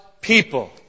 people